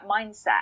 mindset